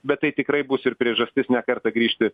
bet tai tikrai bus ir priežastis ne kartą grįžti